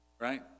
Right